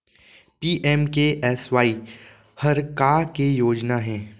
PMKSY हर का के योजना हे?